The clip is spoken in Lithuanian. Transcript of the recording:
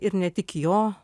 ir ne tik jo